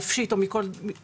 נפשית או מכל סיבה אחרת,